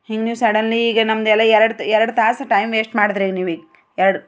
ಹೀಗೆ ಸಡನ್ಲಿ ಈಗ ನಮ್ದೆಲ್ಲ ಎರಡು ಎರಡು ತಾಸು ಟೈಮ್ ವೇಸ್ಟ್ ಮಾಡಿದ್ರಿ ನೀವೀಗ ಎರಡು